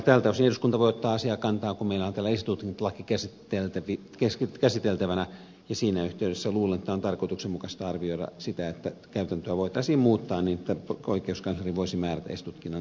tältä osin eduskunta voi ottaa asiaan kantaa kun meillä on täällä esitutkintalaki käsiteltävänä ja siinä yhteydessä luulen että on tarkoituksenmukaista arvioida sitä että käytäntöä voitaisiin muuttaa niin että oikeuskansleri voisi määrätä esitutkinnan suoritettavaksi